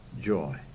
joy